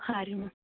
ಹಾಂ ರೀ ಮ್ಯಾಮ್